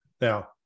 Now